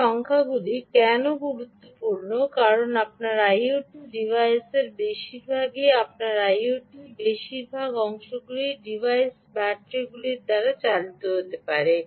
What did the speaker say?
এই সংখ্যাগুলি কেন গুরুত্বপূর্ণ কারণ আপনার আইওটি ডিভাইসের বেশিরভাগই আপনার আইওটি র বেশিরভাগ অংশ ডিভাইসগুলি ব্যাটারি চালিত হতে পারে